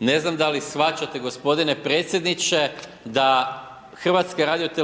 Ne znam, da li shvaćate gospodine predsjedniče, da HRT